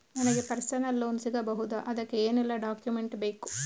ನನಗೆ personal loan ಸಿಗಬಹುದ ಅದಕ್ಕೆ ಏನೆಲ್ಲ ಡಾಕ್ಯುಮೆಂಟ್ ಬೇಕು?